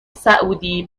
سعودی